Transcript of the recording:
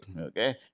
okay